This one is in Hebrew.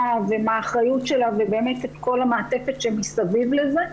ומה האחריות שלה ובאמת כל המעטפת שמסביב לזה,